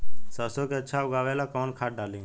सरसो के अच्छा उगावेला कवन खाद्य डाली?